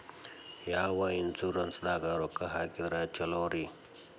ಯಾವ ಇನ್ಶೂರೆನ್ಸ್ ದಾಗ ರೊಕ್ಕ ಹಾಕಿದ್ರ ಛಲೋರಿ?